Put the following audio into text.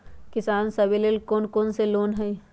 किसान सवे लेल कौन कौन से लोने हई?